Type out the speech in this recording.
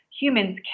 Humans